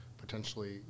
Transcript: potentially